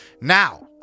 Now